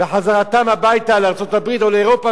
בחזרתם הביתה לארצות-הברית או לאירופה,